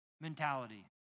mentality